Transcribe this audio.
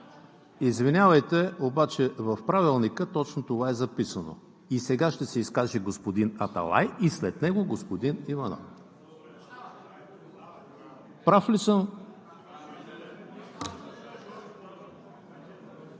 извинявайте, но в Правилника точно това е записано и сега ще се изкаже господин Аталай и след него – господин Иванов. Заповядайте,